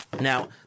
Now